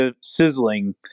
sizzling